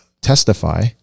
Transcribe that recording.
testify